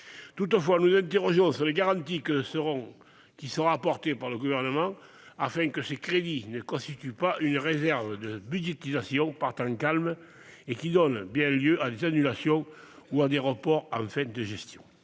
Toutefois, nous nous interrogeons sur les garanties qui seront apportées par le Gouvernement pour que ces crédits ne constituent pas une réserve de budgétisation par temps calme et qu'ils donnent bien lieu à des annulations ou à des reports en fin de gestion.